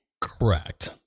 Correct